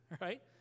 right